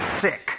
sick